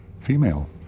female